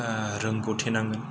रोंगौथि नाङो